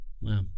Wow